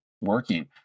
working